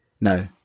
No